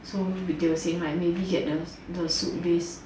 so they were saying like maybe get the soup base